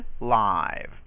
live